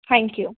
thank you